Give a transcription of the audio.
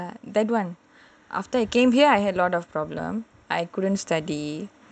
ah ya ya that [one] after I came here I had lot of problem I couldn't study